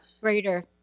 greater